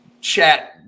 chat